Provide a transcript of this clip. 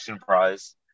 prize